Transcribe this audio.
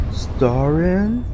starring